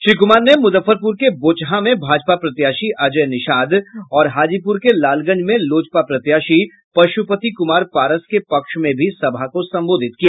श्री कुमार ने मुजफ्फरपुर के बोचहा में भाजपा प्रत्याशी अजय निषाद और हाजीपुर के लालगंज में लोजपा प्रत्याशी पश्रपति कुमार पारस के पक्ष में भी सभा को संबोधित किया